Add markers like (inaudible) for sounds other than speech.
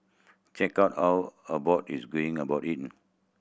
check out how Abbott is going about it (unintelligible)